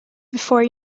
before